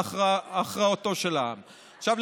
עכשיו,